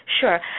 sure